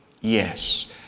yes